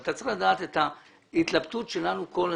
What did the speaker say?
אתה צריך לדעת את ההתלבטות שלנו כל הזמן.